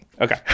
okay